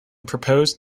proposed